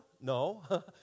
No